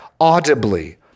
audibly